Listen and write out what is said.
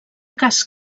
cas